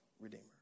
redeemer